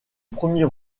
premier